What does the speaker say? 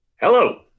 Hello